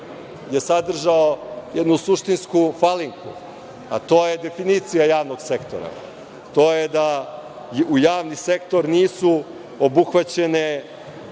sebi sadržao jednu suštinsku falinku, a to je definicija javnog sektora, to je da u javni sektor nisu obuhvaćeni